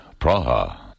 Praha